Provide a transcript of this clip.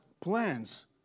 plans